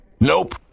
Nope